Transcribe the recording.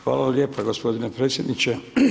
Hvala lijepa gospodine predsjedniče.